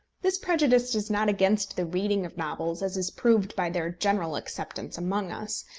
this prejudice is not against the reading of novels, as is proved by their general acceptance among us.